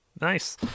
Nice